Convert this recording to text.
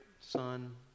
son